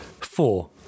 Four